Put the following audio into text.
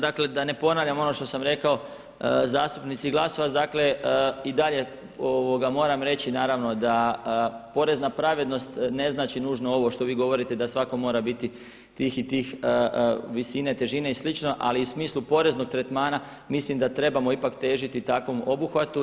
Dakle da ne ponavljam ono što sam rekao zastupnici Glasovac, dakle i dalje moram reći naravno da porezna pravednost ne znači nužno ovo što vi govorite da svako mora biti tih i tih visine i težine i slično, ali u smislu poreznog tretmana mislim da trebamo ipak težite takvom obuhvatu.